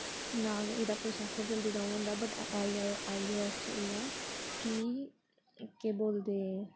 नां गै एह्दा प्रोसैसर जल्दी डाउन होंदा बट आई ओ ऐस च एह् ऐ कि केह् बोलदे